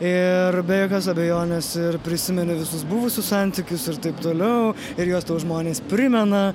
ir be jokios abejonės ir prisimeni visus buvusius santykius ir taip toliau ir juos tau žmonės primena